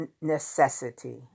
necessity